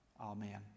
Amen